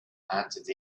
answered